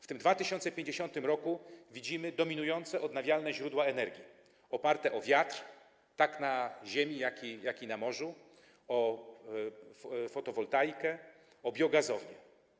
W tym 2050 r. widzimy dominujące odnawialne źródła energii oparte na wietrze, tak na ziemi, jak i na morzu, na fotowoltaice, na biogazowni.